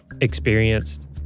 experienced